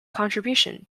contribution